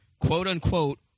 quote-unquote